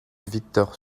victor